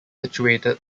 situated